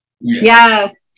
Yes